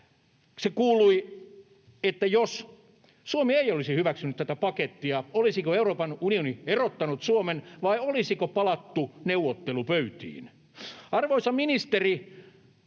Se kuului: jos Suomi ei olisi hyväksynyt tätä pakettia, olisiko Euroopan unioni erottanut Suomen vai olisiko palattu neuvottelupöytiin? Arvoisa ministeri,